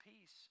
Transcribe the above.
peace